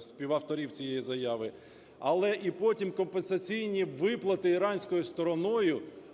співавторів цієї заяви) але і потім компенсаційні виплати іранською стороною